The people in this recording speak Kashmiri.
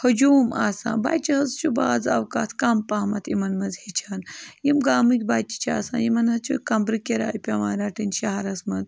ہجوٗم آسان بَچہِ حظ چھُ باز اوقات کَم پہمَتھ یِمَن منٛز ہیٚچھان یِم گامٕکۍ بَچہِ چھِ آسان یِمَن حظ چھُ کَمبرٕ کِراے پٮ۪وان رَٹٕنۍ شَہرَس منٛز